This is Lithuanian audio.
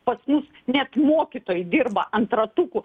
pas mus net mokytojai dirba ant ratukų